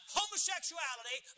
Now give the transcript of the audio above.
homosexuality